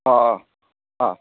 ꯑꯥ ꯑꯥ